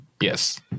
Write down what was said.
Yes